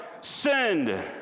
sinned